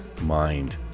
mind